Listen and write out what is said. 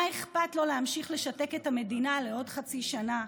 מה אכפת לו להמשיך לשתק את המדינה לעוד חצי שנה,